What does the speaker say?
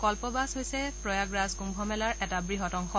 কল্পবাস হৈছে প্ৰয়াগৰাজ কৃম্ভ মেলাৰ এটা বৃহৎ অংশ